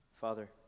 Father